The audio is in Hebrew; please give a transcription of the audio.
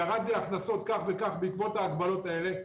ירד לו ההכנסות כך וכך בעקבות ההגבלות האלה,